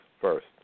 first